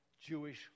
Jewish